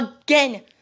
again